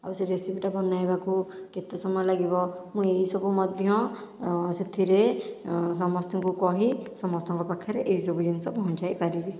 ଆଉ ସେ ରେସିପିଟା ବନେଇବାକୁ କେତେ ସମୟ ଲାଗିବ ମୁଁ ଏଇସବୁ ମଧ୍ୟ ସେଥିରେ ସମସ୍ତଙ୍କୁ କହି ସମସ୍ତଙ୍କ ପାଖରେ ଏଇସବୁ ଜିନିଷ ପହଞ୍ଚାଇ ପାରିବି